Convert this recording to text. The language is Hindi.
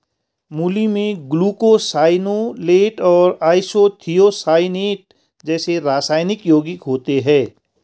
मूली में ग्लूकोसाइनोलेट और आइसोथियोसाइनेट जैसे रासायनिक यौगिक होते है